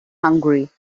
hungry